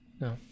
No